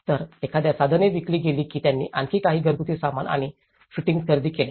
तर एकदा साधने विकली गेली की त्यांनी आणखी काही घरगुती सामान आणि फिटिंग्ज खरेदी केल्या